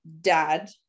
dad